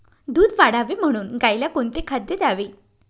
दूध वाढावे म्हणून गाईला कोणते खाद्य द्यावे?